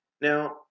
Now